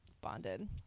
Bonded